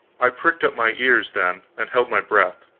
i pricked up my ears, then, and held my breath,